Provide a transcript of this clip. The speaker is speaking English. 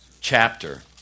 chapter